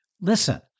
Listen